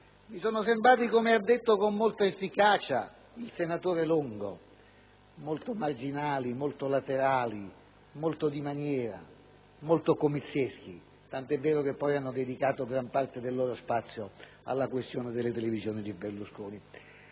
mi sono sembrati, come ha detto con molta efficacia il senatore Longo, molto marginali, molto laterali, molto di maniera, molto comizieschi, tanto è vero che poi hanno dedicato gran parte del loro spazio alla questione delle televisioni di Berlusconi.